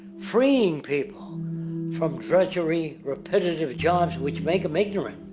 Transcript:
freeing people from drudgery, repetitive jobs which make them ignorant.